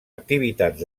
activitats